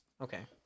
Okay